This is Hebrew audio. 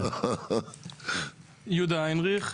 יהודה הינריך,